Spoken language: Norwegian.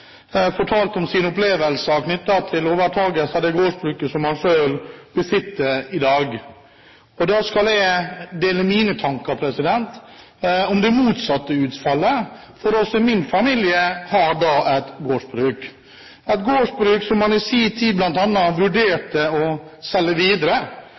fortalte om sin opplevelse knyttet til overtakelse av det gårdsbruket som han i dag selv besitter. Da skal jeg dele mine tanker – med det motsatte utfallet. Også min familie har et gårdsbruk, et gårdsbruk som man i sin tid bl.a. vurderte å selge videre,